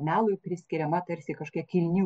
melui priskiriama tarsi kažkokia kilni